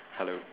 hello